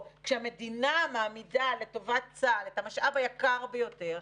כשהמדינה מעמידה לטובת צה"ל את המשאב היקר ביותר,